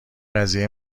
قضیه